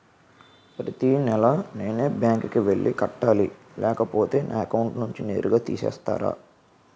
ప్రతి నెల నేనే బ్యాంక్ కి వెళ్లి కట్టాలి లేకపోతే నా అకౌంట్ నుంచి నేరుగా తీసేస్తర?